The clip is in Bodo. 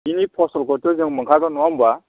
बिनि फसलखौथ' जों मोनखागोन नङा होनब्ला